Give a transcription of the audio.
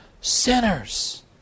sinners